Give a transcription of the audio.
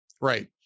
Right